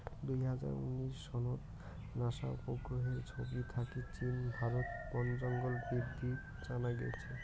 দুই হাজার উনিশ সনত নাসা উপগ্রহর ছবি থাকি চীন, ভারত বনজঙ্গল বিদ্ধিত জানা গেইছে